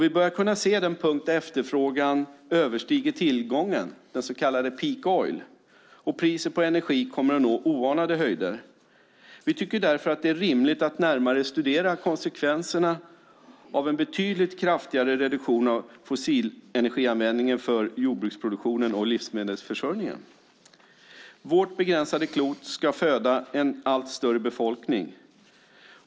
Vi börjar kunna se den punkt där efterfrågan överstiger tillgången, den så kallade peak oil, och priset på energi kommer att nå oanade höjder. Vi tycker därför att det är rimligt att närmare studera konsekvenserna av en betydligt kraftigare reduktion av fossilenergianvändningen för jordbruksproduktionen och livsmedelsförsörjningen. Vårt begränsade klot ska föda en allt större befolkning.